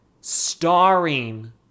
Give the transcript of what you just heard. starring